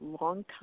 longtime